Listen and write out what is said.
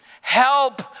help